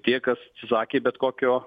tie kas susakė bet kokio